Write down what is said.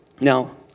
Now